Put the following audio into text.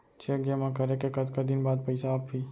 Cheque जेमा करे के कतका दिन बाद पइसा आप ही?